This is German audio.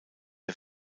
der